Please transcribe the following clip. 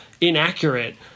inaccurate